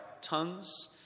tongues